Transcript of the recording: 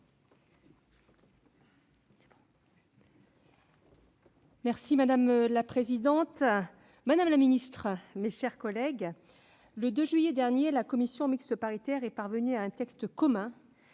Madame la présidente, madame la ministre, mes chers collègues, le 2 juillet dernier, la commission mixte paritaire est parvenue à un texte commun